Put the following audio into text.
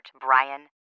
Brian